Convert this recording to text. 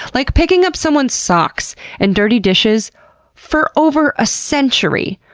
like, picking up someone's socks and dirty dishes for over a century?